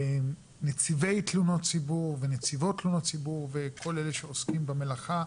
נציבי תלונות ציבור ונציבות תלונות ציבור וכל אלה שעוסקים במלאכה,